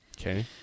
okay